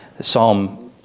Psalm